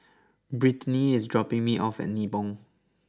Brittni is dropping me off at Nibong